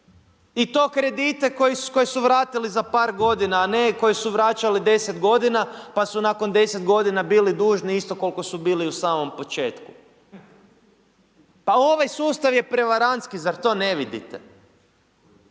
I to kredite koje su vratili za par godina a ne koje su vraćali 10 godina pa su nakon 10 godina bili dužni isto koliko su bili i u samom početku. Pa ovaj sustav je prevarantski, zar to ne vidite?